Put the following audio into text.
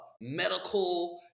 medical